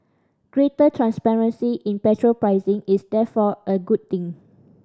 greater transparency in petrol pricing is therefore a good thing